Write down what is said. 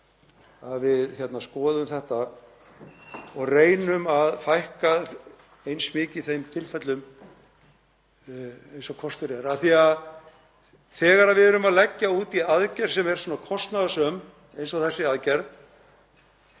að við skoðum þetta og reynum að fækka eins mikið þeim tilfellum og kostur er. Þegar við erum að leggja út í aðgerð sem er svona kostnaðarsöm eins og þessi aðgerð